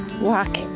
walk